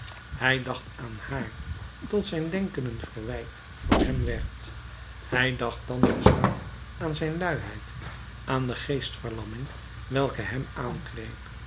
hij dacht aan haar tot zijn denken een verwijt voor hem werd hij dacht dan met smart aan zijn luiheid aan de geestverlamming welke hem